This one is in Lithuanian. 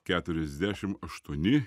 keturiasdešim aštuoni